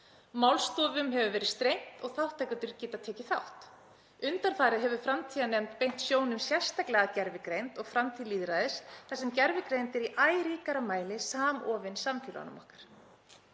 Málstofum hefur verið streymt og þátttakendur geta tekið þátt. Undanfarið hefur framtíðarnefnd beint sjónum sérstaklega að gervigreind og framtíð lýðræðis þar sem gervigreind er í æ ríkara mæli samofin samfélögunum okkar.